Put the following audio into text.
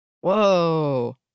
Whoa